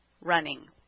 running